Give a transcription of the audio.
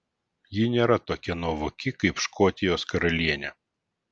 ji nėra tokia nuovoki kaip škotijos karalienė